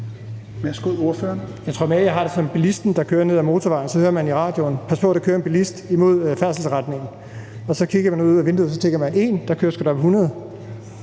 Jeg tror mere, at jeg har det som bilisten, der kører ned ad motorvejen. Så hører man i radioen, at pas på, der kører en bilist imod færdselsretningen. Og så kigger man ud af vinduet og tænker, at der må være en,